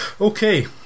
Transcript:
Okay